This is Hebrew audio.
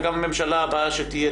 וגם הממשלה הבאה שתהיה,